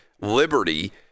Liberty